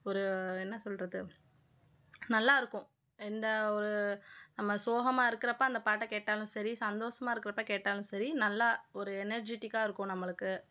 ஒரு என்ன சொல்கிறது நல்லாயிருக்கும் எந்த ஒரு நம்ம சோகமாக இருக்கிறப்ப அந்த பாட்டை கேட்டாலும் சரி சந்தோஷமா இருக்கிறப்ப கேட்டாலும் சரி நல்லா ஒரு எனெர்ஜிட்டிக்காக இருக்கும் நம்மளுக்கு